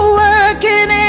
working